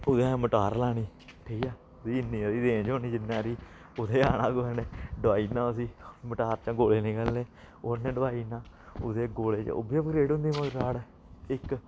कुतै मोटार लानी ठीक ऐ ओह्दी इन्नी हारी रेंज होनी जिन्नी हारी कुत्थै आना कुसै ने डुआई ओड़ना उसी मोटार चा गोले निकलने ओह्दे कन्नै डुआई ओड़ना ओह्दे च गोले उब्बी अपग्रेड होंदी मोटार इक